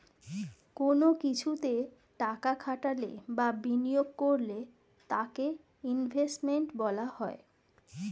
কোন কিছুতে টাকা খাটালে বা বিনিয়োগ করলে তাকে ইনভেস্টমেন্ট বলা হয়